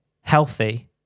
healthy